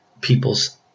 people's